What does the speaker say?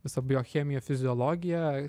visa biochemija fiziologija